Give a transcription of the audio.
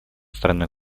страной